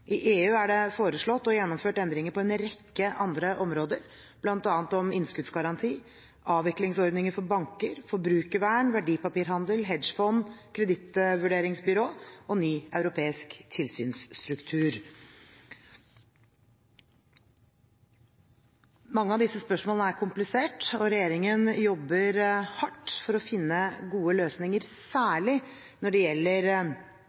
I EU er det foreslått og gjennomført endringer på en rekke andre områder, bl.a. om innskuddsgaranti, avviklingsordninger for banker, forbrukervern, verdipapirhandel, hedgefond, kredittvurderingsbyrå og ny europeisk tilsynsstruktur. Mange av disse spørsmålene er komplisert. Regjeringen jobber hardt for å finne gode løsninger, særlig når de gjelder